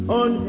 on